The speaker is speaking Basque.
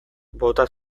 bota